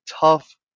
tough